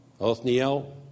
Othniel